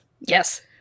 Yes